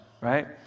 right